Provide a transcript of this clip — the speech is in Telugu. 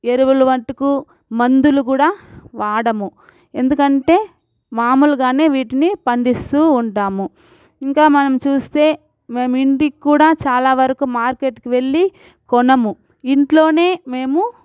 ఎరువులు మట్టుకు మందులు కూడా వాడము ఎందుకంటే మామూలుగా వీటిని పండిస్తు ఉంటాము ఇంకా మనం చూస్తే మేమింటికి కూడా చాలా వరకు మార్కెట్టుకి వెళ్ళి కొనము ఇంట్లో మేము